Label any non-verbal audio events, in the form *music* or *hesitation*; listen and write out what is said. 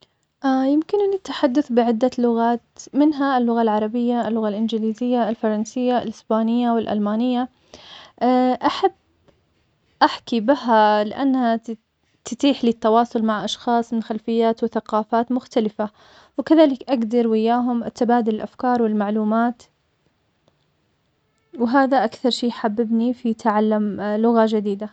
يمكنني التحدث بعدة لغات, منها اللغة العربية, اللغة الإنجليزية, الفرنسية, الإسبانية, والألمانية, *hesitation* أحب أحكي بها لأنها تتيح لي التواصل مع أشخاصٍ, خلفيات وثقافات مختلفة, وكذلك أقدر وياهم أتبادل الأفكار والمعلومات, وهذا أكثر شي حببني في تعلم لغة جديدة.